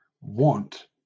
want